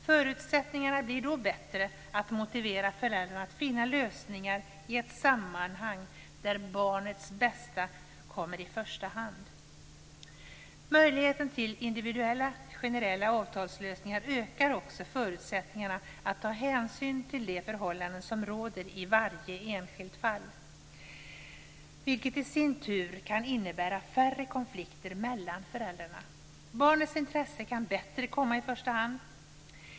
Förutsättningarna blir då bättre att motivera föräldrarna att finna lösningar i ett sammanhang där barnets bästa kommer i första hand. Möjligheten till individuella, generella avtalslösningar ökar också förutsättningarna att ta hänsyn till de förhållanden som råder i varje enskilt fall vilket i sin tur kan innebära färre konflikter mellan föräldrarna. Barnets intresse kan bättre komma i första hand.